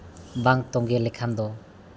ᱵᱟᱝ ᱛᱚᱸᱜᱮ ᱞᱮᱠᱷᱟᱱ ᱫᱚ